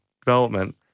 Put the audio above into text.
development